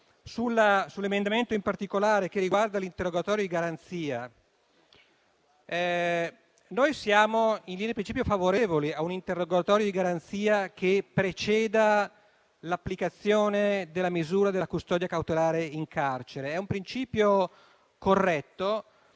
sull'emendamento in particolare, che riguarda l'interrogatorio di garanzia, noi siamo in linea di principio favorevoli a un interrogatorio di garanzia che preceda l'applicazione della misura della custodia cautelare in carcere. È un principio corretto,